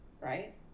right